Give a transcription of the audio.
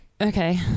Okay